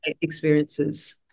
Experiences